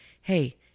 hey